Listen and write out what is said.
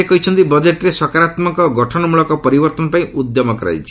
ସେ କହିଛନ୍ତି ବଜେଟ୍ରେ ସକାରାତ୍ମକ ଓ ଗଠନମୂଳକ ପରିବର୍ତ୍ତନ ପାଇଁ ଉଦ୍ୟମ କରାଯାଇଛି